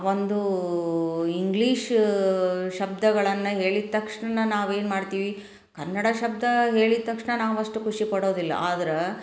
ಒಂದು ಇಂಗ್ಲೀಷ ಶಬ್ದಗಳನ್ನು ಹೇಳಿದ ತಕ್ಷಣ ನಾವು ಏನು ಮಾಡ್ತೀವಿ ಕನ್ನಡ ಶಬ್ದ ಹೇಳಿದ ತಕ್ಷಣ ನಾವು ಅಷ್ಟು ಖುಷಿ ಪಡೋದಿಲ್ಲ ಆದ್ರೆ